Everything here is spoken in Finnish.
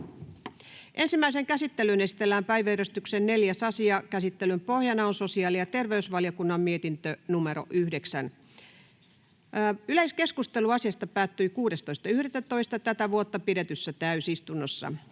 Ensimmäiseen käsittelyyn esitellään päiväjärjestyksen 4. asia. Käsittelyn pohjana on sosiaali- ja terveysvaliokunnan mietintö StVM 9/2023 vp. Yleiskeskustelu asiasta päättyi 16.11.2023 pidetyssä täysistunnossa.